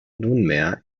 nunmehr